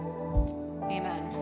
Amen